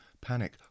Panic